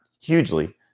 hugely